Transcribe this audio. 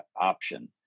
option